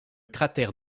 cratère